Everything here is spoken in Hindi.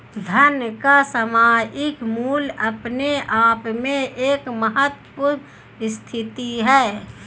धन का सामयिक मूल्य अपने आप में एक महत्वपूर्ण स्थिति है